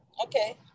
Okay